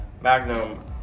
Magnum